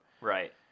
Right